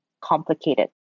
complicated